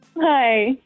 Hi